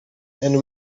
and